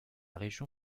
région